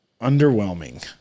underwhelming